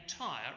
entire